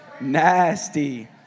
Nasty